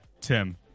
Tim